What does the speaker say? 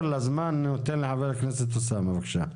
בבקשה.